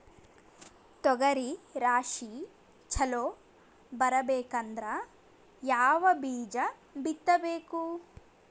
ತೊಗರಿ ರಾಶಿ ಚಲೋ ಬರಬೇಕಂದ್ರ ಯಾವ ಬೀಜ ಬಿತ್ತಬೇಕು?